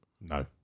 No